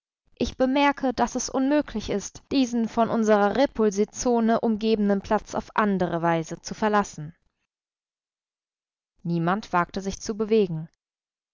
ich bemerke daß es unmöglich ist diesen von unserer repulsitzone umgebenen platz auf andere weise zu verlassen niemand wagte sich zu bewegen